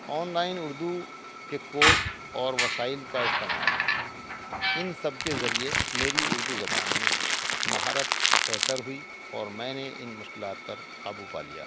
on line Urdu کے course اور وسائل کا استعمال ان سب کے ذریعے میری اردو زبان میں مہارت بہتر ہوئی اور میں نے ان مشکلات پر قابو پا لیا